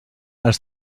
els